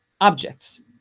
objects